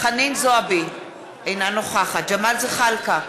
חנין זועבי, אינה נוכחת ג'מאל זחאלקה,